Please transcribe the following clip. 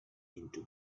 into